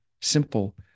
simple